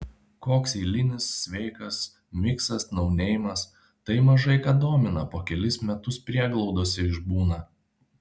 koks eilinis sveikas miksas nauneimas tai mažai ką domina po kelis metus prieglaudose išbūna